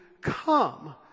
come